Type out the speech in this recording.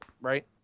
right